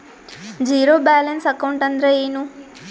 Zero balance account ಅಂದ್ರ ಏನು?